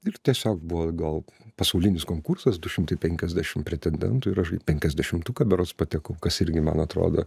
ir tiesiog buvo gal pasaulinis konkursas du šimtai penkiasdešimt pretendentų penkiasdešimtuką berods pateko kas irgi man atrodo